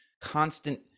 constant